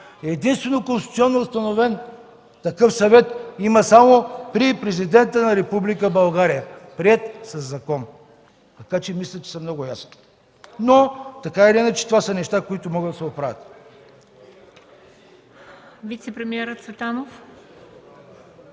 Единствено конституционно установен такъв съвет има само при президента на Република България, приет със закон. Мисля, че съм много ясен, но така или иначе това са неща, които могат да се оправят.